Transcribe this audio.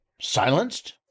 silenced